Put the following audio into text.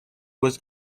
was